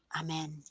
Amen